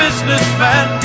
Businessman